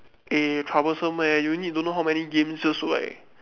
eh troublesome eh you need don't know how many games just whack